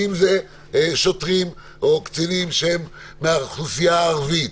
ואם אלו שוטרים או קצינים שהם מהאוכלוסייה הערבית.